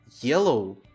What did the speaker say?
Yellow